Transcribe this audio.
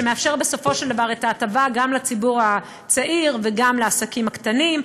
שמאפשר בסופו של דבר את ההטבה גם לציבור הצעיר וגם לעסקים הקטנים,